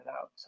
out